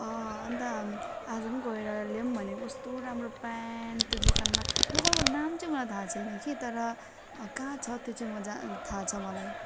अन्त आज पनि गएर ल्याउँ भनेको कस्तो राम्रो पेन्ट त्यो दोकानमा दोकानको नाम चाहिँ मलाई थाहा छैन कि तर कहाँ छ त्यो चाहिँ म जान थाहा छ मलाई